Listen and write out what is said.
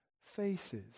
faces